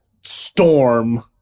storm